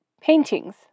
Paintings